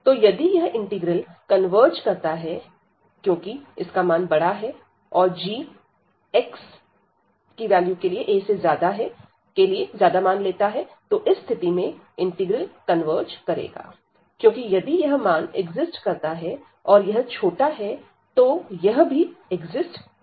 तो यदि यह इंटीग्रल कन्वर्ज करता है क्योंकि इसका मान बड़ा है और g xaके लिए ज्यादा मान लेता है इस स्थिति में इंटीग्रल कन्वर्ज करेगा क्योंकि यदि यह मान एक्जिस्ट करता है और यह छोटा है तो यह भी एक्जिस्ट करेगा